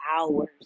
hours